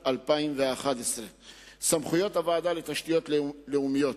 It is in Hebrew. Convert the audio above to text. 2011. סמכויות הוועדה לתשתיות לאומיות,